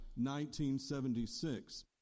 1976